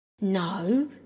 No